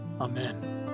Amen